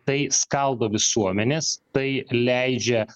tai skaldo visuomenes tai leidžia